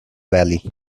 valley